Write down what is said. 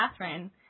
Catherine